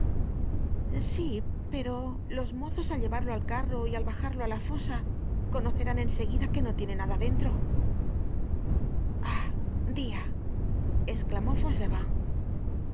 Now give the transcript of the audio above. sí pero los mozos al llevarlo al carro y al bajarlo á la fosa conocerán en seguida que no tiene nada dentro ah dia esclamó fauchelevent la